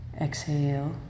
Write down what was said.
exhale